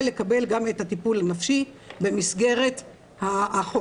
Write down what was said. לקבל גם את הטפול הנפשי במסגרת החוק.